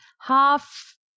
half